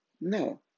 No